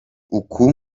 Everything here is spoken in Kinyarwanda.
uku